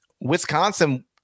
Wisconsin